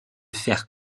faire